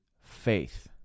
faith